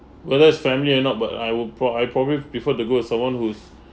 whether it's family or not but I would pro~ I probably prefer to go to someone who's